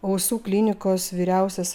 ausų klinikos vyriausias